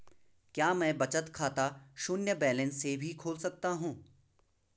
क्या मैं बचत खाता शून्य बैलेंस से भी खोल सकता हूँ?